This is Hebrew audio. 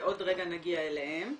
עוד רגע נגיע אליהן,